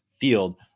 field